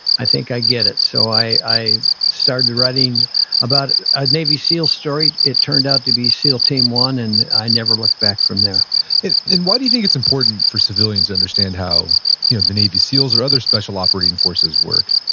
i think i get it. so i started writing about the ah navy seals story. it turned out to be seal team one and i never looked back from there and why do you think it's important for civilians understand how you know the navy seals or other special operating forces work?